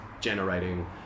generating